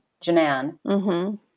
Janan